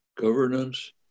governance